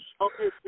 Okay